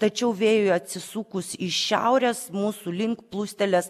tačiau vėjui atsisukus iš šiaurės mūsų link plūstelės